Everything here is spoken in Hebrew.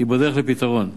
היא בדרך לפתרון.